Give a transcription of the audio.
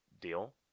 deal